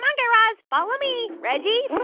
but guy raz. follow me. reggie?